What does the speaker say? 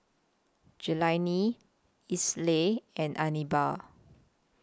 Jelani Esley and Anibal